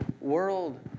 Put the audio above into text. world